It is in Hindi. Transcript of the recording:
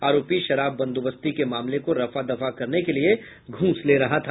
आरोपी शराब बंदोबस्ती के मामले को रफादफा करने के लिए घूस ले रहा था